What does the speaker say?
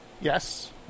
Yes